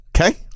Okay